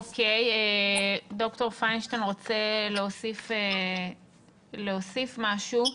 דוקטור פיינשטיין, רוצה להוסיף עוד משהו?